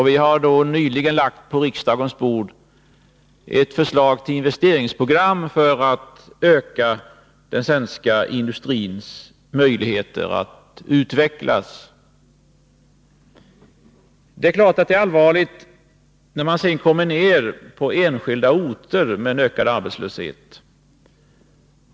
Vi har nyligen på riksdagens bord lagt ett förslag till investeringsprogram för att öka den svenska industrins möjligheter att utvecklas. Det är klart att det är allvarligt när man sedan betraktar enskilda orter med ökad arbetslöshet.